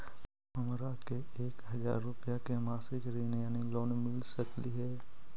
हमरा के एक हजार रुपया के मासिक ऋण यानी लोन मिल सकली हे?